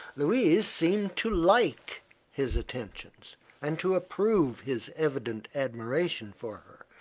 louise seemed to like his attentions and to approve his evident admiration for her.